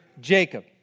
Jacob